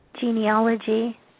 genealogy